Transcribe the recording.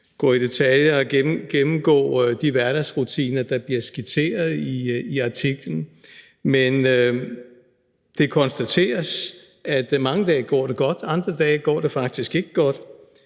gå i detaljer og gennemgå de hverdagsrutiner, der bliver skitseret i artiklen, men det konstateres, at mange dage går det godt, andre dage går det faktisk ikke godt.